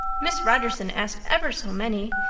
miss rogerson asked ever so many.